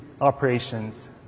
operations